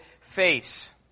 face